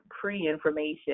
pre-information